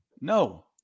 No